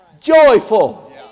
Joyful